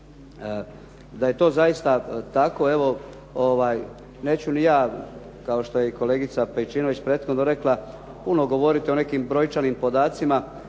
Da je to zaista tako, evo neću ni ja, kao što je i kolegica Pejčinović prethodno rekla, puno govoriti o nekim brojčanim podacima,